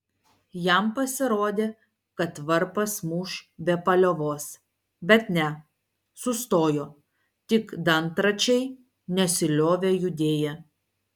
jam pasirodė kad varpas muš be paliovos bet ne sustojo tik dantračiai nesiliovė judėję